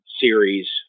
series